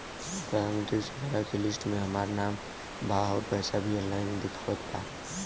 प्रधानमंत्री शौचालय के लिस्ट में हमार नाम बा अउर पैसा भी ऑनलाइन दिखावत बा